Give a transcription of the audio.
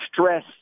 stress